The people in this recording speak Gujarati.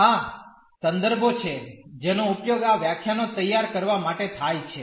આ સંદર્ભો છે જેનો ઉપયોગ આ વ્યાખ્યાનો તૈયાર કરવા માટે થાય છે